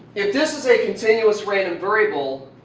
if this is a continuous random variable,